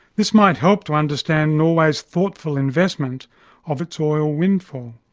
this might help to understand norway's thoughtful investment of its oil windfall.